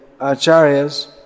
Acharyas